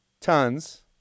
tons